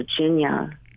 virginia